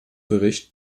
bericht